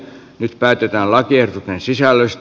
nyt päätetään lakiehdotusten sisällöstä